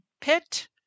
pit